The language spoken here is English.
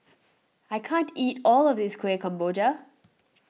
I can't eat all of this Kuih Kemboja